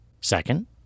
Second